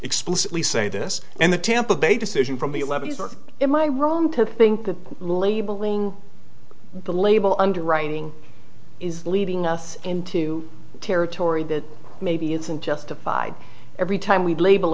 explicitly say this and the tampa bay decision from the levees or am i wrong to think that labeling the label underwriting is leading us into territory that maybe isn't justified every time we label